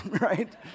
right